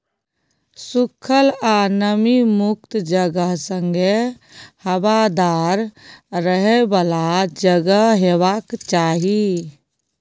सुखल आ नमी मुक्त जगह संगे हबादार रहय बला जगह हेबाक चाही